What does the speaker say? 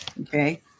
okay